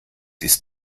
ist